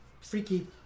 freaky